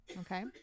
Okay